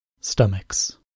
stomachs